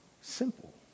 Simple